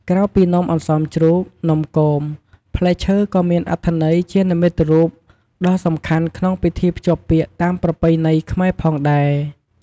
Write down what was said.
ក្រៅពីនំអន្សមជ្រូក នំគម ផ្លែឈើក៏មានអត្ថន័យជានិមិត្តរូបដ៏សំខាន់ក្នុងពិធីភ្ជាប់ពាក្យតាមប្រពៃណីខ្មែរផងដែរ។